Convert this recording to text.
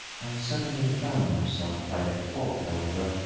i suddenly found myself quite at fault, however,